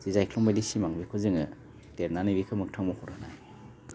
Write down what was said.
जे जायख्लं बायदि सिमां बेखौ जोङो देरनानै बेखौ मोगथां महर होनाय